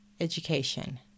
education